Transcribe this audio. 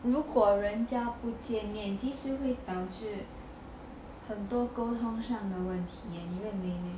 如果人家不见面其实会导致很多沟通上的问题 eh 因为没